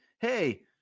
hey